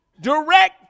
direct